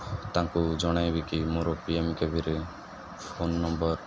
ତାଙ୍କୁ ଜଣାଇବି କି ମୋର ପିଏମ୍କେଭିରେ ଫୋନ ନମ୍ବର